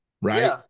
right